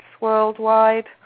worldwide